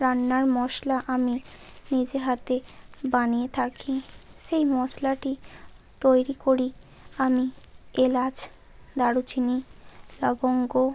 রান্নার মশলা আমি নিজে হাতে বানিয়ে থাকি সেই মশলাটি তৈরি করি আমি এলাচ দারচিনি লবঙ্গ